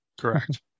Correct